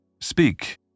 Speak